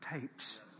tapes